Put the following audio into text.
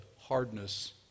hardness